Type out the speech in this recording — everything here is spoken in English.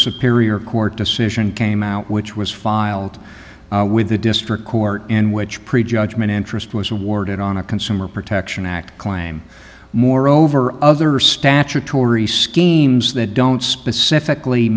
superior court decision came out which was filed with the district court in which pre judgment interest was awarded on a consumer protection act claim moreover other statutory schemes that don't specifically